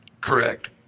Correct